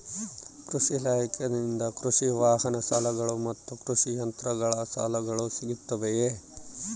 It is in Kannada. ಕೃಷಿ ಇಲಾಖೆಯಿಂದ ಕೃಷಿ ವಾಹನ ಸಾಲಗಳು ಮತ್ತು ಕೃಷಿ ಯಂತ್ರಗಳ ಸಾಲಗಳು ಸಿಗುತ್ತವೆಯೆ?